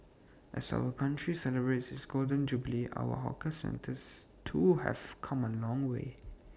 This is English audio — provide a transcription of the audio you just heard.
as our country celebrates its Golden Jubilee our hawker centres too have come A long way